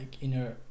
inner